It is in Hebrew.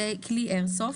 "כלי איירסופט"